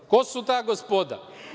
Ko su ta gospoda?